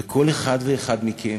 וכל אחד ואחד מכם